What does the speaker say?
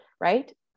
right